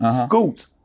Scoot